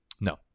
No